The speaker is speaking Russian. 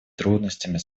трудностями